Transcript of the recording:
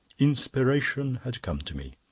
inspiration had come to me.